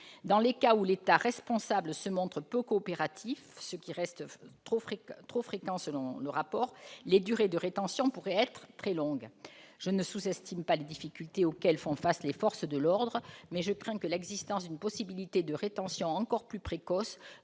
Dans les cas où l'État responsable se montre peu coopératif, ce qui reste trop fréquent selon le rapport, les durées de rétention pourraient être très longues. Je ne sous-estime pas les difficultés auxquelles font face les forces de l'ordre, mais je crains qu'une possibilité de rétention encore plus précoce